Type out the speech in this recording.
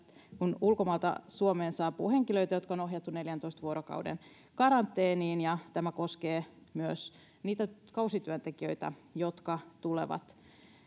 kun ulkomailta suomeen saapuu henkilöitä jotka on ohjattu neljäntoista vuorokauden karanteeniin ja tämä koskee myös niitä kausityöntekijöitä jotka tulevat